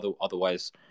otherwise